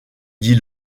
dit